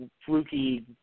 fluky